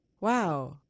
wow